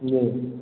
जी